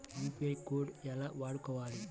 UPI code ఎలా వాడుకోవాలి?